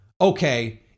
okay